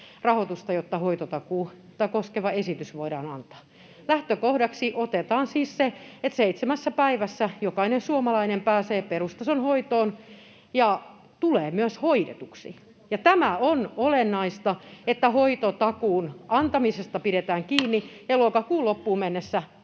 jotta hoitotakuuta koskeva esitys voidaan antaa. Lähtökohdaksi otetaan siis se, että seitsemässä päivässä jokainen suomalainen pääsee perustason hoitoon ja tulee myös hoidetuksi. Tämä on olennaista, että hoitotakuun antamisesta pidetään kiinni, ja lokakuun loppuun mennessä